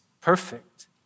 perfect